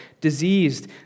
diseased